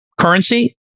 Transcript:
currency